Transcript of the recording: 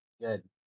Good